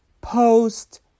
post